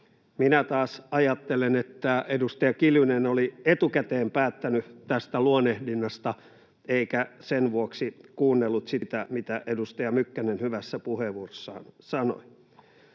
Minä taas ajattelen, että edustaja Kiljunen oli etukäteen päättänyt tästä luonnehdinnasta, eikä sen vuoksi kuunnellut sitä, mitä edustaja Mykkänen hyvässä puheenvuorossaan sanoi.